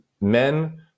Men